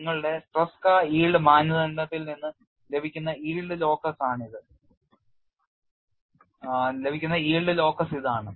നിങ്ങളുടെ ട്രെസ്ക yield മാനദണ്ഡത്തിൽ നിന്ന് ലഭിക്കുന്ന yield ലോക്കസ് ഇതാണ്